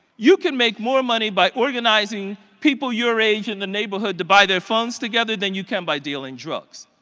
you can make more money by organizing people your age in the neighborhood to buy their phones together than you can by dealing drugs.